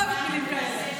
לא אוהבת מילים כאלה.